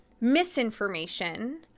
misinformation